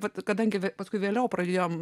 bet kadangi paskui vėliau pradėjome